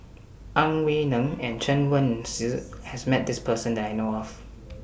Ang Wei Neng and Chen Wen Hsi has Met This Person that I know of